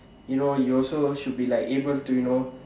you know you also should be like able to you know